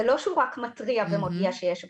זה לא שהוא רק מתריע ומודיע שיש בעיה.